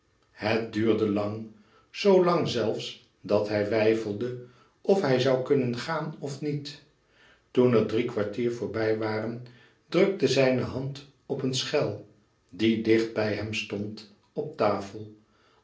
het duurde lang zoo lang zelfs dat hij weifelde of hij zoû kunnen gaan of niet toen er drie kwartier voorbij waren drukte zijne hand op een schel die dicht bij hem stond op tafel